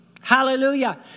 Hallelujah